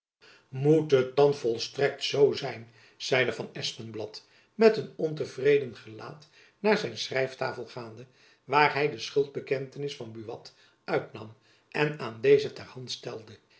moet het dan volstrekt zoo zijn zeide van espenblad met een ontevreden gelaat naar zijn schrijftafel gaande waar hy de schuldbekentenis van buat uit nam en aan dezen ter hand stelde